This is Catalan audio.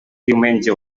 diumenge